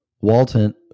Walton